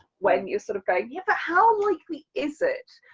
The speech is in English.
when you sort of going yeah but how likely is it,